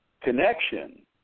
connection